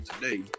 today